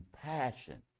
compassion